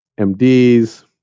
MDs